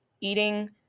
eating